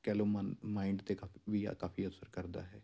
ਕਹਿ ਲਓ ਮਨ ਮਾਇੰਡ 'ਤੇ ਕਫੀ ਕਾਫ਼ੀ ਅਸਰ ਕਰਦਾ ਹੈ